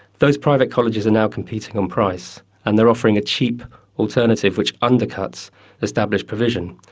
those private colleges are now competing on price and they are offering a cheap alternative which undercuts established provision.